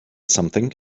something